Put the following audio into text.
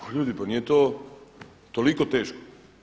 Pa ljudi, pa nije to toliko teško.